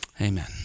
Amen